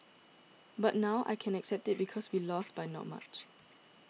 but now I can accept it because we lost by not much